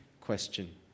question